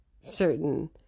certain